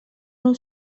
nou